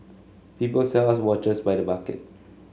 people sell us watches by the bucket